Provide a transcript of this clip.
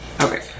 Okay